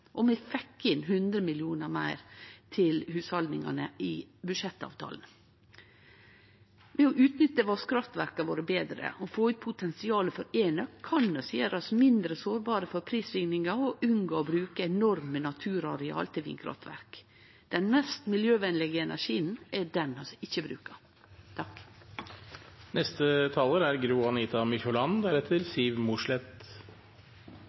og vi fekk inn 100 mill. kr meir til hushalda i budsjettavtalen. Ved å utnytte vasskraftverka våre betre og få ut potensialet for enøk kan vi gjere oss mindre sårbare for prissvingingar og unngå å bruke enorme naturareal til vindkraftverk. Den mest miljøvenlege energien er den energien vi ikkje